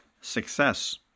success